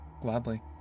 Gladly